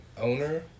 owner